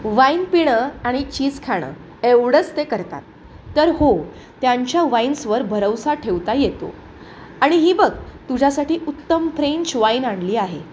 wine पिणं आणि cheese खाणं एवढंच ते करतात तर हो त्यांच्या वाईन्सवर भरवसा ठेवता येतो आणि ही बघ तुझ्यासाठी उत्तम फ्रेंच वाईन आणली आहे